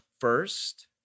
First